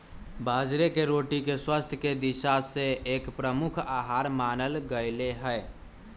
बाजरे के रोटी के स्वास्थ्य के दिशा से एक प्रमुख आहार मानल गयले है